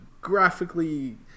graphically